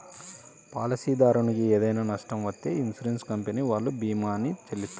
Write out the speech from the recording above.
పాలసీదారునికి ఏదైనా నష్టం వత్తే ఇన్సూరెన్స్ కంపెనీ వాళ్ళు భీమాని చెల్లిత్తారు